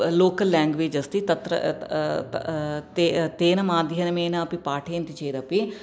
local language अस्ति तत्र तेन माध्यमेनापि अपि पाठयन्ति चेदपि